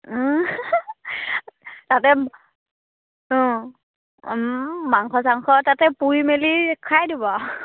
তাতে মাংস চাংস তাতে পুৰি মেলি খাই দিব আৰু